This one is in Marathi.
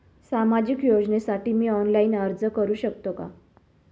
सामाजिक योजनेसाठी मी ऑनलाइन अर्ज करू शकतो का?